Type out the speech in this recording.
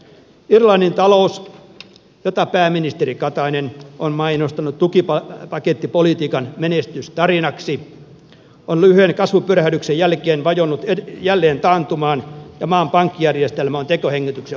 irlannin talous jota pääministeri katainen on mainostanut tukivat pakettipolitiikan menestystarinaksi on lyhyen kasvupyrähdyksen jälkeen vajonnut jälleen taantumaan ja maan pankkijärjestelmä on tekohengityksen